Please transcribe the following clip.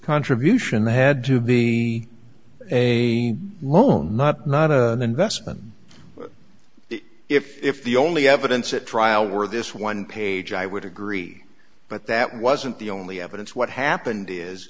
contribution had to be a loan not not an investment if the only evidence at trial were this one page i would agree but that wasn't the only evidence what happened is